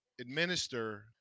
administer